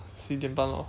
十一点半 lor